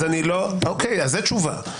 זה תשובה.